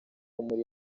muri